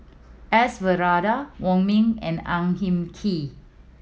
S Varathan Wong Ming and Ang Hin Kee